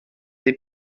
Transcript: des